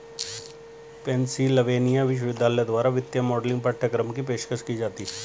Pennsylvania विश्वविद्यालय द्वारा वित्तीय मॉडलिंग पाठ्यक्रम की पेशकश की जाती हैं